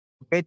...ok